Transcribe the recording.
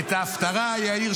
יאיר,